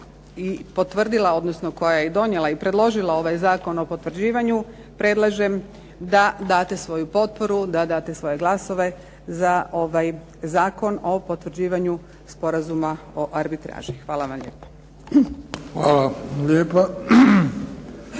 i potvrdila, odnosno koja je i donijela i predložila ovaj Zakon o potvrđivanju, predlažem da date svoju potporu, da date svoje glasove za ovaj Zakon o potvrđivanju sporazuma o arbitraži. Hvala vam lijepa. **Bebić,